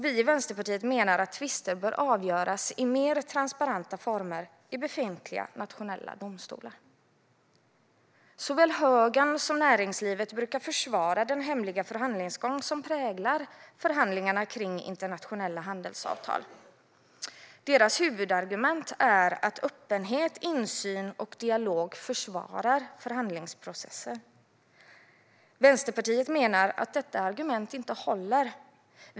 Vi i Vänsterpartiet menar att tvister bör avgöras i mer transparenta former i befintliga nationella domstolar. Såväl högern som näringslivet brukar försvara den hemliga förhandlingsgång som präglar förhandlingarna om internationella handelsavtal. Deras huvudargument är att öppenhet, insyn och dialog försvårar förhandlingsprocessen. Vänsterpartiet menar att detta argument inte håller.